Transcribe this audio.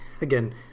again